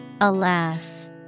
Alas